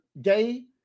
day